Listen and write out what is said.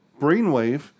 Brainwave